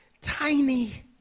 tiny